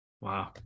Wow